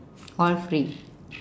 all free